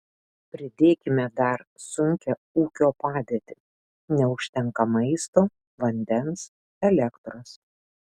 pridėkime dar sunkią ūkio padėtį neužtenka maisto vandens elektros